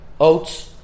oats